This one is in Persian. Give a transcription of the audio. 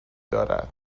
دارد